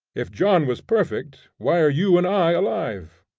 if john was perfect, why are you and i alive?